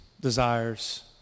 desires